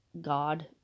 God